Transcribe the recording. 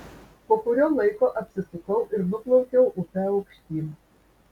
po kurio laiko apsisukau ir nuplaukiau upe aukštyn